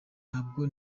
ntabwo